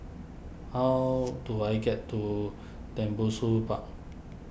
how do I get to Tembusu Park